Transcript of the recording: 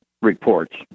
reports